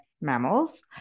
mammals